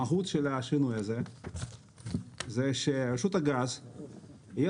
המהות של השינוי הזה זה שרשות הגז, תהיה